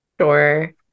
Sure